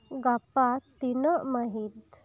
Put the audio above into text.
ᱜᱟᱯᱟ ᱛᱤᱱᱟᱹᱜ ᱢᱟᱹᱦᱤᱛ